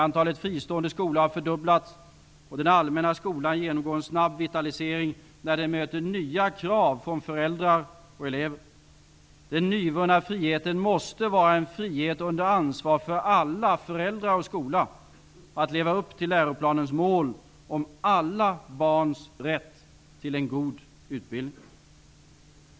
Antalet fristående skolor har fördubblats och den allmänna skolan genomgår en snabb vitalisering när den möter nya krav från föräldrar och elever. Den nyvunna friheten måste vara en frihet under ansvar för alla -- föräldrar och skola -- att leva upp till läroplanens mål om alla barns rätt till en god utbildning.